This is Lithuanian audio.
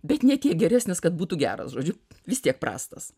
bet ne tiek geresnis kad būtų geras žodžiu vis tiek prastas